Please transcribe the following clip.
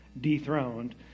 dethroned